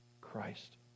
Christ